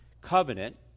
covenant